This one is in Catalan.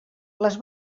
les